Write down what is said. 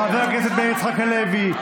חבר הכנסת מאיר יצחק הלוי,